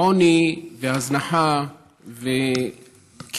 עוני, הזנחה וקיפוח,